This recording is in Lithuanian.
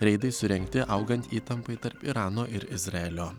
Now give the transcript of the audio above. reidai surengti augant įtampai tarp irano ir izraelio